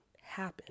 happen